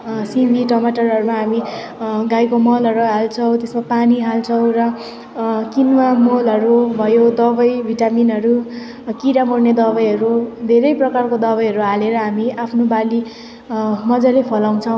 सिमी टमाटरहरूमा हामी गाईको मलहरू हाल्छौँ त्यसमा पानी हाल्छौँ र किनुवा मलहरू भयो दबाई भिटामिनहरू किरा मोर्ने दबाईहरू धेरै प्रकारको दबाईहरू हालेर हामी आफ्नो बाली मजाले फलाउँछौँ